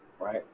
right